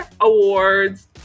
awards